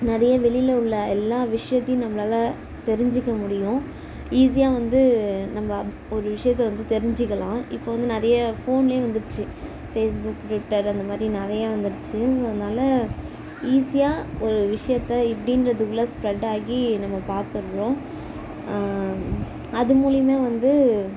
நிறைய வெளியில் உள்ள எல்லா விஷயத்தையும் நம்மளால் தெரிஞ்சுக்க முடியும் ஈஸியாக வந்து நம்ம ஒரு விஷயத்த வந்து தெரிஞ்சுக்கலாம் இப்போது வந்து நிறைய ஃபோன்லேயும் வந்துடுச்சி ஃபேஸ்புக் ட்விட்டர் அந்த மாதிரி நிறையா வந்துடுச்சி அதனால ஈஸியாக ஒரு விஷயத்த இப்படின்றதுக்குள்ள ஸ்ப்ரெட்டாகி நம்ம பாத்துடுறோம் அது மூலிமே வந்து